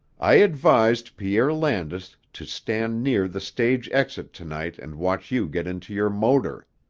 i advised pierre landis to stand near the stage exit to-night and watch you get into your motor.